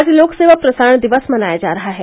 आज लोक सेवा प्रसारण दिवस मनाया जा रहा है